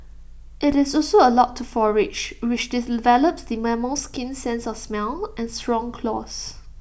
IT is also allowed to forage which develops the mammal's keen sense of smell and strong claws